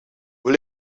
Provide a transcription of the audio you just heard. wij